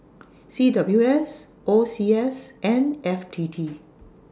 C W S O C S and F T T